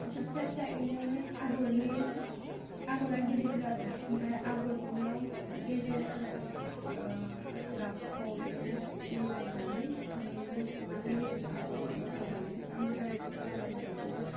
एसे फिसा फिसा एरनानै आगरनि आगरा गिदिरब्लाबो बे आगरनियाव गेजेरफ्राव ओह गाबखौ मानि मिलाइनानै खुदुंखौ सोनानै होयोबा आगरखौ मोजां नुयो एमब्रडारिफोर खालामबाबो बिदिनो